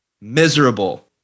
miserable